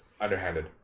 underhanded